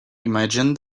imagine